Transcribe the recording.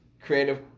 creative